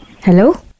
Hello